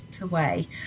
away